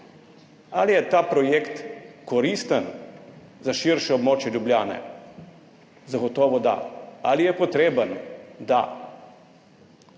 Ali je ta projekt koristen za širše območje Ljubljane? Zagotovo da. Ali je potreben? Da.